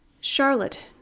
Charlotte